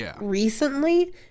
recently